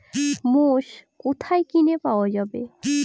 মোষ কোথায় কিনে পাওয়া যাবে?